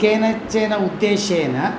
केनचन उद्देशेन